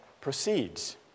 proceeds